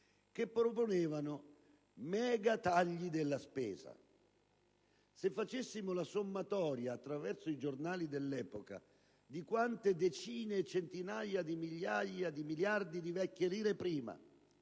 che proponevano mega tagli della spesa. Se facessimo la sommatoria, attraverso i giornali dell'epoca, di quante decine e centinaia di migliaia di miliardi di vecchie lire prima,